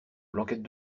blanquette